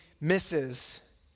misses